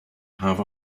have